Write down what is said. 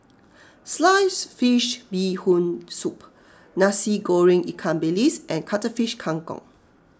Sliced Fish Bee Hoon Soup Nasi Goreng Ikan Bilis and Cuttlefish Kang Kong